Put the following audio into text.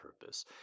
purpose